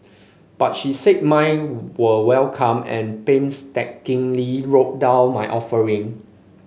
but she said mine were welcome and painstakingly wrote down my offering